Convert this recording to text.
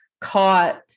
caught